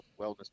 wellness